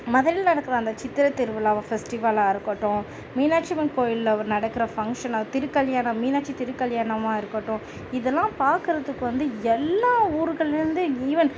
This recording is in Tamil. மதுரையில் இருக்கிற அந்த சித்திரை திருவிழாவை ஃபெஸ்ட்டிவல்லாக இருக்கட்டும் மீனாக்ஷி அம்மன் கோயிலில் ஒரு நடக்கிற ஃபங்ஷனாக திருக்கல்யாணம் மீனாட்சி திருக்கல்யாணமாக இருக்கட்டும் இதெல்லாம் பார்க்கறதுக்கு வந்து எல்லா ஊருகளிலிருந்து ஈவன்